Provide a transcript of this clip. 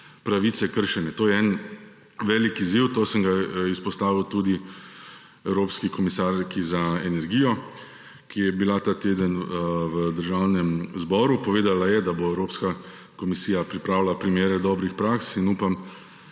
pravice kršene. To je en velik izziv, to sem ga izpostavil tudi evropski komisarki za energijo, ki je bila ta teden v Državnem zboru. Povedala je, da bo Evropska komisija pripravila primere dobrih praks in upam,